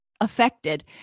affected